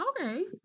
Okay